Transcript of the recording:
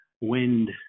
wind